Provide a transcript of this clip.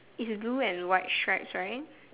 it's blue and white stripes right